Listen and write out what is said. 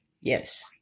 Yes